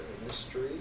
industry